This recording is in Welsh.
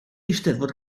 eisteddfod